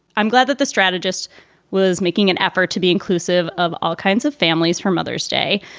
i'm glad that the strategist was making an effort to be inclusive of all kinds of families from mother's day.